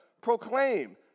Proclaim